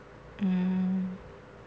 mm